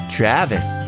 Travis